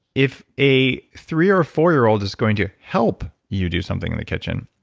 if a three or four year old is going to help you do something in the kitchen,